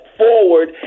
forward